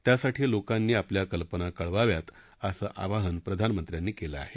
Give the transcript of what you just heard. त्यासाठी लोकांनी आपल्या कल्पना कळवाव्यात असं आवाहन प्रधानमंत्र्यांनी केलं आहे